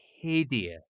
hideous